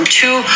two